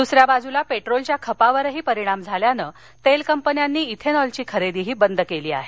दुसऱ्या बाजूला पेट्रोलच्या खपावरही परिणाम झाल्यानं तेल कंपन्यानी इथेनॉलची खरेदीही बंद केली आहे